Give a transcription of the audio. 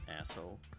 asshole